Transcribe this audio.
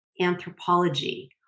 anthropology